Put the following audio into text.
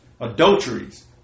adulteries